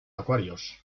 acuarios